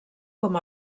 com